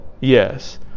Yes